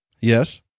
Yes